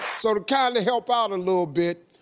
so to kinda help out a little bit,